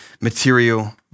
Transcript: material